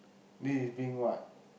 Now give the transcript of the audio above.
this is being what